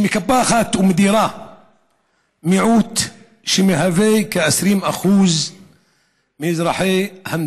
שמקפחת ומדירה מיעוט שמהווה כ-20% מאזרחיה.